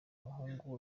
umuhungu